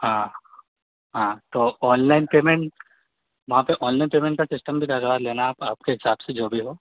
हाँ हाँ तो ऑनलाइन पेमेंट वहाँ पर ऑनलाइन पेमेंट का सिस्टम भी लगवा लेना आप आपके हिसाब से जो भी हो